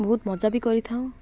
ବହୁତ ମଜା ବି କରିଥାଉ